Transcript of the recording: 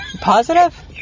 Positive